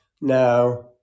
Now